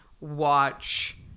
watch